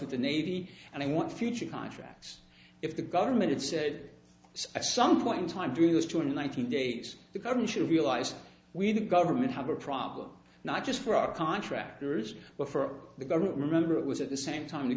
with the navy and i want future contracts if the government said at some point in time during those two in one thousand days the government should realize we the government have a problem not just for our contractors but for the government remember it was at the same time